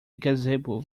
gazebo